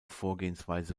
vorgehensweise